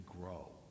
grow